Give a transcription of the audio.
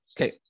Okay